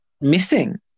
missing